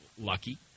lucky